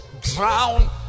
drown